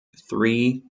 three